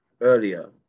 earlier